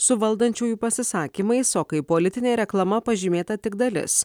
su valdančiųjų pasisakymais o kaip politinė reklama pažymėta tik dalis